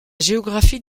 géographie